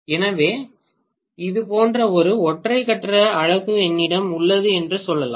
எனவே இது போன்ற ஒரு ஒற்றை கட்ட அலகு என்னிடம் உள்ளது என்று சொல்லலாம்